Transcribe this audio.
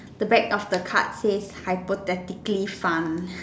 the back the card says hypothetically fun